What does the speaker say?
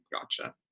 Gotcha